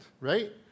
right